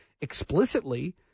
explicitly